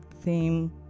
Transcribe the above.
Theme